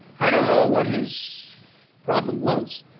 i don't know what his problem was.